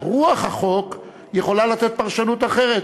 רוח החוק יכולה לתת פרשנות אחרת.